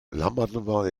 l’amendement